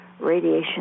radiation